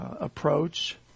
approach